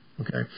Okay